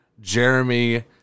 jeremy